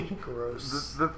gross